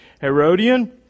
Herodian